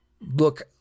look